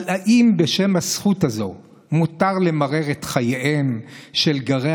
אבל האם בשם הזכות הזו מותר למרר את חייהם של גרי